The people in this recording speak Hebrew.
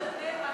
בבני ברק,